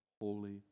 holy